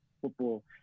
Football